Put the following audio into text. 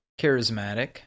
charismatic